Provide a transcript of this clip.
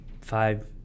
five